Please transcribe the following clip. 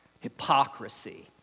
hypocrisy